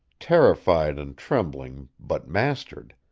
terrified and trembling, but mastered,